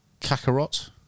Kakarot